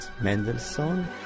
Mendelssohn